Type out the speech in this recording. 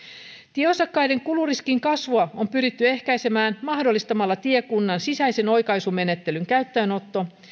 tieosakkaiden kuluriskin kasvua on pyritty ehkäisemään mahdollistamalla tiekunnan sisäisen oikaisumenettelyn käyttöönotto